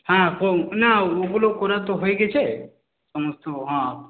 হ্যাঁ না ওগুলো করা তো হয়ে গেছে সমস্ত হ্যাঁ